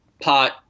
pot